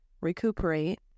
recuperate